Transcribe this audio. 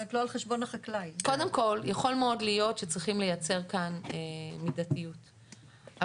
שצריכים לייצר כאן מידתיות,